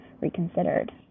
reconsidered